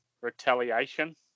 retaliation